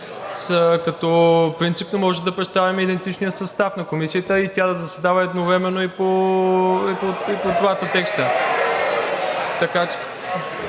като принципно може да представим идентичния състав на Комисията и тя да заседава едновременно и по двата текста.